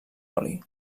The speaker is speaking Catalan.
oli